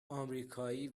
آمریکایی